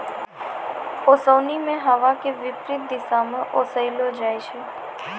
ओसोनि मे हवा के विपरीत दिशा म ओसैलो जाय छै